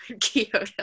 Kyoto